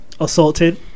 Assaulted